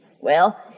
Well